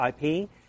IP